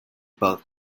both